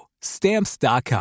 Stamps.com